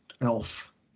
Elf